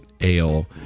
ale